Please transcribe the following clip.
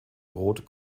rot